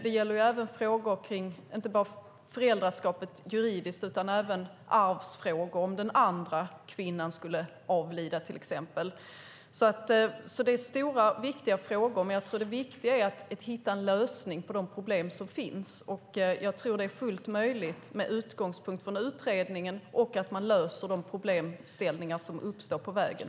Det gäller även juridiska frågor kring föräldraskapet, liksom arvsfrågor, till exempel om den andra kvinnan skulle avlida. Det är stora och viktiga frågor och det gäller att hitta en lösning på de problem som finns. Jag tror att det är fullt möjligt med utgångspunkt i utredningen att man kan man lösa de problem som uppstår på vägen.